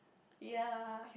ya